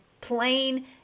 plain